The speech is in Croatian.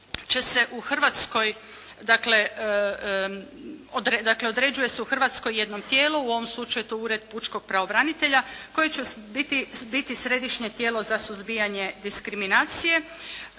će se u Hrvatskoj, dakle, određuje se u Hrvatskoj jedno tijelo u ovom slučaju to je Ured pučkog pravobranitelja, koji će biti središnje tijelo za suzbijanje diskriminacije